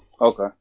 okay